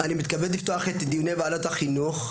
אני מתכבד לפתוח את דיוני ועדת החינוך,